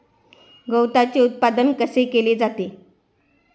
गवताचे उत्पादन कसे केले जाते?